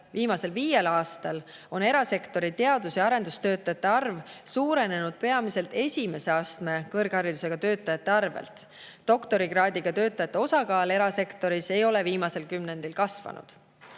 viimasel viiel aastal on erasektori teadus- ja arendustöötajate arv suurenenud peamiselt esimese astme kõrgharidusega töötajate arvelt. Doktorikraadiga töötajate osakaal erasektoris ei ole viimasel kümnendil kasvanud.